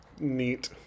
neat